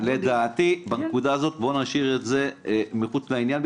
לדעתי בנקודה הזאת בואו נשאיר את זה מחוץ לעניין,